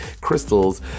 crystals